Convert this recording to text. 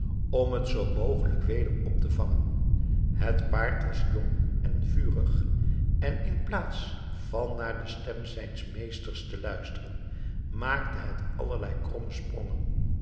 om het zoo mogelijk weder op te vangen het paard was jong en vurig en in plaats van naar den stem zijns meesters te luisteren maakte het allerlei kromme sprongen